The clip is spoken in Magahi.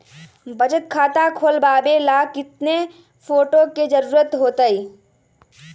बचत खाता खोलबाबे ला केतना फोटो के जरूरत होतई?